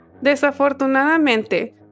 Desafortunadamente